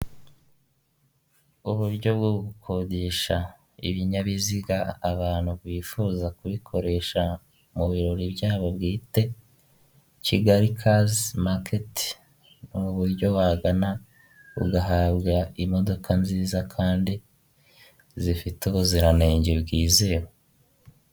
Ihahiro ririmo ibicuruzwa byinshi bitandukanye, hakubiyemo ibyoku kurya urugero nka biswi, amasambusa, amandazi harimo kandi n'ibyo kunywa nka ji, yahurute n'amata.